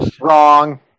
Wrong